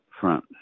Front